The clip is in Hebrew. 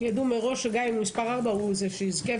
ידעו מראש שגם אם הוא מספר 4 הוא זה שיזכה,